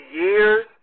years